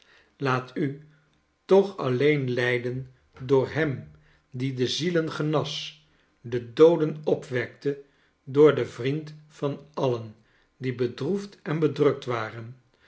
laat u toch alleen leiden door hem die de zielen genas de dooden opwekte door den vriend van alien die bedroefd en bedrukt waren